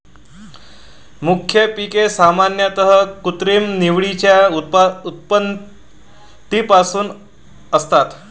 मुख्य पिके सामान्यतः कृत्रिम निवडीच्या उत्पत्तीपासून असतात